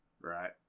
right